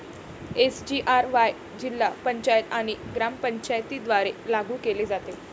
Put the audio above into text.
SGRY जिल्हा पंचायत आणि ग्रामपंचायतींद्वारे लागू केले जाते